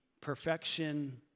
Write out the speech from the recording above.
perfection